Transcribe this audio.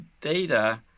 data